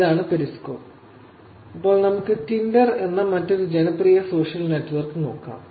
അതാണ് പെരിസ്കോപ്പ് ഇപ്പോൾ നമുക്ക് ടിൻഡർ എന്ന മറ്റൊരു ജനപ്രിയ സോഷ്യൽ നെറ്റ്വർക്ക് നോക്കാം